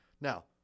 Now